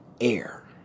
air